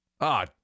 Ah